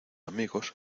amigos